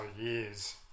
years